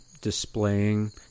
displaying